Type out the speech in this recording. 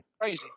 crazy